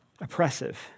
oppressive